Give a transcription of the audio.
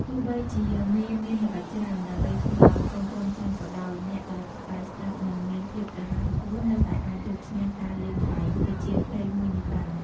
ទោះបីជាមេមានល្បិចច្រើន ដើម្បីធ្វើឱ្យកូនក្រុមចាញ់ក៏ដោយ អ្នកដែលពូកែស្ដាប់ និង មានភាពរហ័សរហួននៅតែអាចយកឈ្នះការលែងល្បែងប្រជាប្រិយមួយនេះបាន។